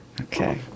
Okay